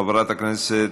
חברת הכנסת